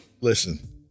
listen